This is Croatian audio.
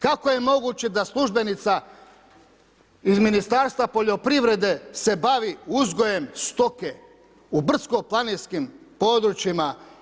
Kako je moguće da službenica iz Ministarstva poljoprivrede se bavi uzgojem stoke u Brdsko planinskim područjima.